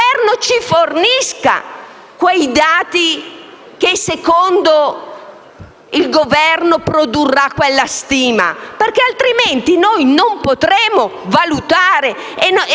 il Governo ci fornisca quei dati che, a suo dire, produrranno quella stima, perché altrimenti noi non potremo valutare.